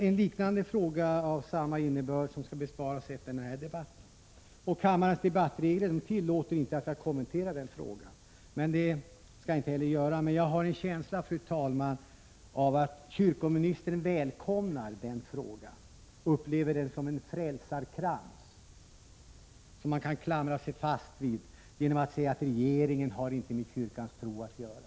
En liknande fråga av samma innebörd skall besvaras efter den här debatten. Kammarens debattregler tillåter inte att jag kommenterar den frågan, och det skall jag inte heller göra. Men jag har en känsla av, fru talman, att kyrkoministern välkomnar den frågan, upplever den som en frälsarkrans som man kan klamra sig fast vid genom att säga att regeringen inte har med kyrkans tro att göra.